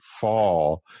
fall